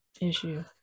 issue